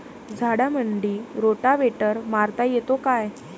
झाडामंदी रोटावेटर मारता येतो काय?